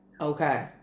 Okay